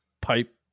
pipe